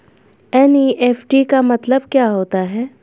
NEFT का मतलब क्या होता है?